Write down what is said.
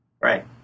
Right